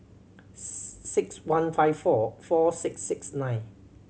six one five four four six six nine